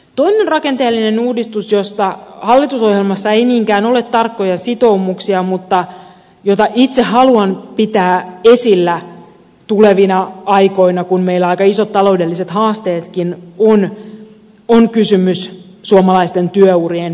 toinen rakenteellinen uudistus josta hallitusohjelmassa ei niinkään ole tarkkoja sitoumuksia mutta jota itse haluan pitää esillä tulevina aikoina kun meillä aika isot taloudelliset haasteetkin on on kysymys suomalaisten työurien pidentämisestä